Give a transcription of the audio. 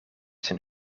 zijn